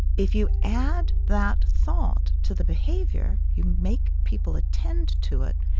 if you add that thought to the behavior, you make people attend to it,